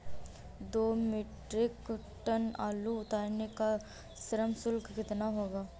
दो metric tonne आलू उतारने का श्रम शुल्क कितना होगा?